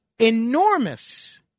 enormous